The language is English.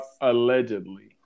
allegedly